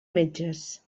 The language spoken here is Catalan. metges